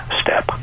step